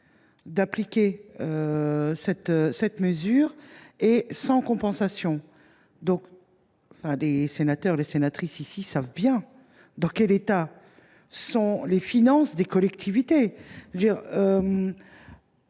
d’appliquer cette mesure, et ce sans compensation. Les membres de cette assemblée savent bien dans quel état sont les finances des collectivités.